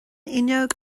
fhuinneog